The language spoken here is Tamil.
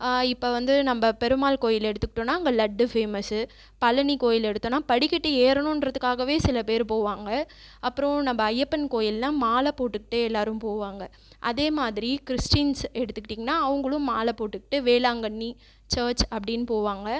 இப்போ வந்து நம்ம பெருமாள் கோவில் எடுத்துகிட்டோனா அங்கே லட்டு ஃபேமஸு பழனி கோவில் எடுத்தோனா படிக்கட்டு ஏறனுன்றதுக்காகவே சில பேர் போவாங்க அப்புறோம் நம்ம ஐயப்பன் கோவில்ல மாலை போட்டுகிட்டே எல்லோரும் போவாங்க அதே மாதிரி க்ரிஸ்டியன்ஸ் எடுத்துகிட்டீங்கனா அவங்களும் மாலை போட்டுகிட்டு வேளாங்கண்ணி சர்ச் அப்படினு போவாங்க